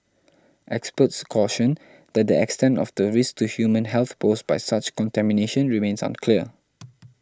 experts cautioned that the extent of the risk to human health posed by such contamination remains unclear